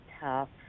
tough